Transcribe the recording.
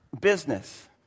business